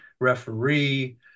referee